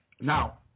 Now